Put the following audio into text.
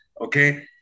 okay